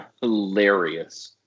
hilarious